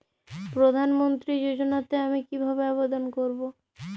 প্রধান মন্ত্রী যোজনাতে আমি কিভাবে আবেদন করবো?